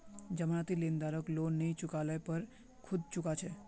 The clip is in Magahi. जमानती लेनदारक लोन नई चुका ल पर खुद चुका छेक